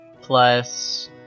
plus